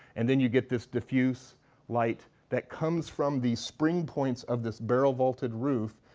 and then you get this diffuse light that comes from the spring points of this barrel vaulted roof,